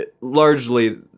largely